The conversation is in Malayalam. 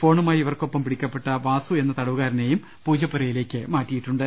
ഫോണുമായി ഇവർക്കൊപ്പം പിടിക്കപ്പെട്ട വാസു എന്ന തടവുകാരനെയും പൂജപ്പുരയിലേക്ക് മാറ്റിയിട്ടുണ്ട്